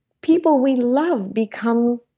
people we love become,